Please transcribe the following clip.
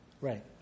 Right